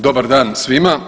Dobar dan svima.